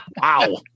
Wow